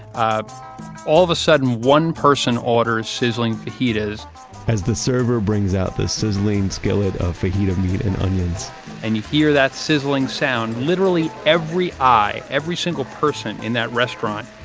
ah all of a sudden, one person orders sizzling fajitas as the server brings out the sizzling skillet of fajita meat and onions and you hear that sizzling sound, literally every eye, every single person in that restaurant,